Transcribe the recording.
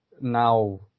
now